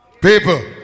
People